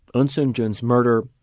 eunsoon jun's murder,